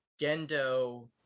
Gendo